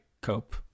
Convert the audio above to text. cope